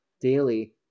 daily